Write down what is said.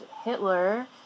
Hitler